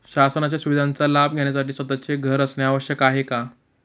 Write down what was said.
शासनाच्या सुविधांचा लाभ घेण्यासाठी स्वतःचे घर असणे आवश्यक आहे का?